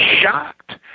shocked